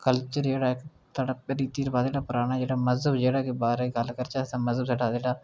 culture जेह्ड़ा थोह्ड़ा रीति रवाज़ जेह्ड़ा पराना जेह्ड़ा मजहब जेह्ड़ा दे बारै गल्ल करचै मजहब जेह्ड़ा